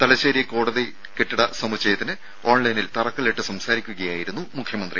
തലശ്ശേരി കോടതി കെട്ടിട സമുച്ചയത്തിന് ഓൺലൈനിൽ തറക്കല്ലിട്ട് സംസാരിക്കുകയായിരുന്നു മുഖ്യമന്ത്രി